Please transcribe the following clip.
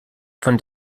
von